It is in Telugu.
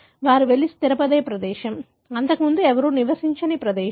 వారు వెళ్లి స్థిరపడే ప్రదేశం ఇంతకు ముందు ఎవరూ నివసించని ప్రదేశం